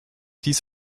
dies